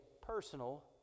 personal